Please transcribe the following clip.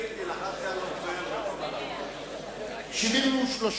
טעיתי, לחצתי על, 73 בעד,